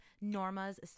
Norma's